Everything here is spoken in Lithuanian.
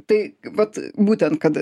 tai vat būtent kad